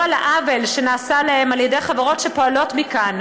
על העוול שנעשה להם על ידי חברות שפועלות מכאן.